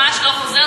ממש לא חוזרת,